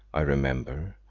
i remember,